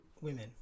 women